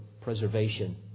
preservation